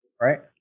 right